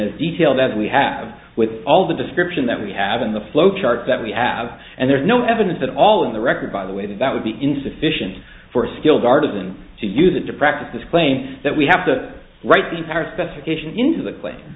of detail that we have with all the description that we have in the flow chart that we have and there's no evidence at all in the record by the way that would be insufficient for a skilled artisan to use it to practice this claim that we have to write the entire specification into the claim